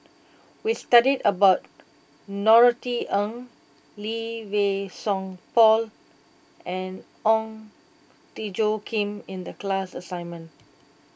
we studied about Norothy Ng Lee Wei Song Paul and Ong Tjoe Kim in the class assignment